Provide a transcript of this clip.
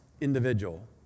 individual